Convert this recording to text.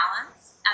balance